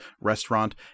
restaurant